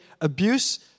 Abuse